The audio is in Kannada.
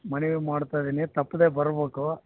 ಮನವಿ ಮಾಡ್ತ ಇದ್ದೀನಿ ತಪ್ಪದೆ ಬರ್ಬೇಕು